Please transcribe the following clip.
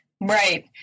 Right